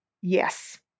Yes